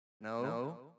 No